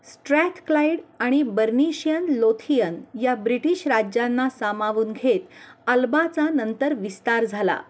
Strathclyde आणि Bernician Lothian या British राज्यांना सामावून घेत अल्बाचा नंतर विस्तार झाला